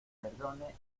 perdone